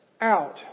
out